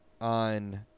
on